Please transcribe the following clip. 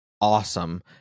awesome